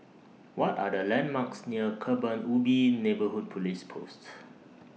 What Are The landmarks near Kebun Ubi Neighbourhood Police Post